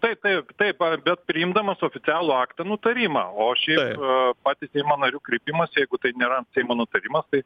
taip taip taip bet priimdamas oficialų aktą nutarimą o šiaip patį seimo narių kreipimąsi jeigu tai nėra seimo nutarimas tai